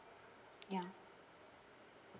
ya